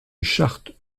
charte